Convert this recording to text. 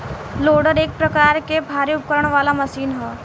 loader एक प्रकार के भारी उपकरण वाला मशीन ह